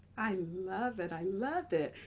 i love it. i love it.